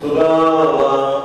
תודה רבה.